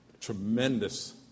tremendous